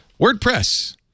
WordPress